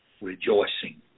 rejoicing